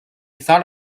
thought